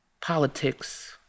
politics